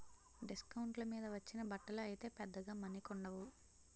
డిస్కౌంట్ల మీద వచ్చిన బట్టలు అయితే పెద్దగా మన్నికుండవు